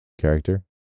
character